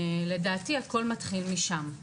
לדעתי הכול מתחיל משם.